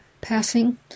passing